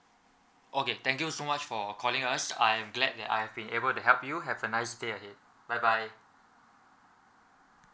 okay thank you so much for calling us I'm glad that I've been able to help you have a nice day ahead bye bye